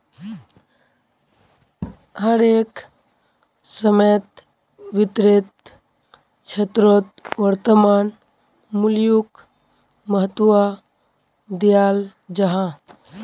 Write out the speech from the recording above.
हर एक समयेत वित्तेर क्षेत्रोत वर्तमान मूल्योक महत्वा दियाल जाहा